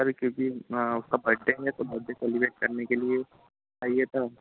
sir क्योंकि उसका birthday है तो मुझे सेलिब्रैट करने के लिए चाहिए था